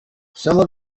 some